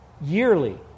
yearly